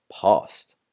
past